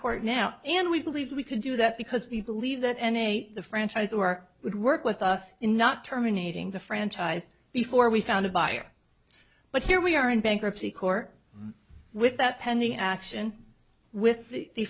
court now and we believe we could do that because we believe that any the franchise or our would work with us in not terminating the franchise before we found a buyer but here we are in bankruptcy court with that pending action with the